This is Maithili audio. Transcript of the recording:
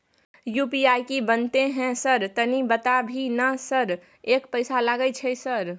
यु.पी.आई की बनते है सर तनी बता भी ना सर एक पैसा लागे छै सर?